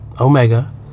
Omega